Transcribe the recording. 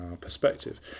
perspective